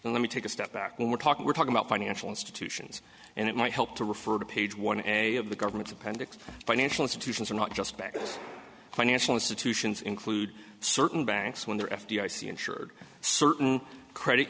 well let me take a step back when we're talking we're talking about financial institutions and it might help to refer to page one and a of the government's appendix financial institutions or not just back financial institutions include certain banks when they're f d i c insured certain credit